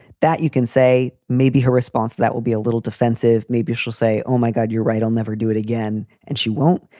that you can say maybe her response to that will be a little defensive. maybe she'll say, oh, my god, you're right. i'll never do it again. and she won't.